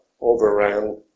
overran